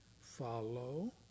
follow